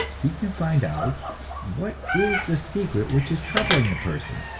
he can find out what is the secret which is troubling the person,